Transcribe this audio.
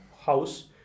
house